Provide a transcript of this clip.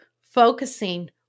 focusing